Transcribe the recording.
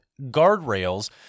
guardrails